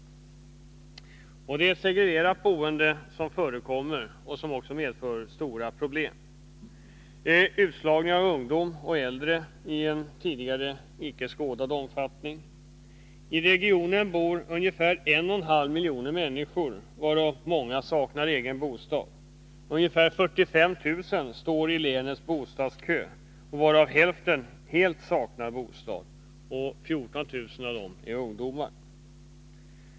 Det är ett segregerat boende som förekommer och som medför stora problem. Det är utslagning av ungdom och äldre i en tidigare icke skådad omfattning. I regionen bor ungefär 1,5 miljon människor, varav många saknar egen bostad. Ungefär 45 000 står i länets bostadskö, varav hälften helt saknar bostad. 14 000 av dem är ungdomar.